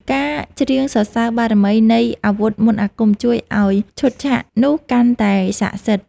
ការច្រៀងសរសើរបារមីនៃអាវុធមន្តអាគម ជួយឱ្យឈុតឆាកនោះកាន់តែសក្ដិសិទ្ធិ។